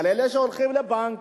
על אלה שהולכים לבנק,